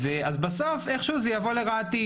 אז בסוף איך שהוא זה יבוא לרעתי,